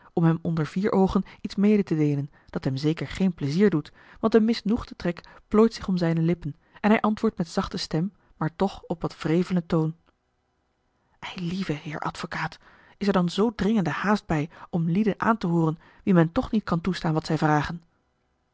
om hem onder vier oogen iets mede te deelen dat hem zeker a l g bosboom-toussaint de delftsche wonderdokter eel geen pleizier doet want een misnoegde trek plooit zich om zijne lippen en hij antwoordt met zachte stem maar toch op wat wrevelen toon eilieve heer advocaat is er dan zoo dringende haast bij om lieden aan te hooren wien men toch niet kan toestaan wat zij vragen